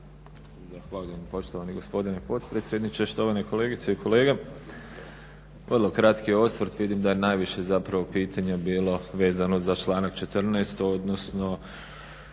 Zahvaljujem poštovani gospodine potpredsjedniče, štovane kolegice i kolege. Vrlo kratki osvrt. Vidim da je najviše zapravo pitanja bilo vezano za članak 14. odnosno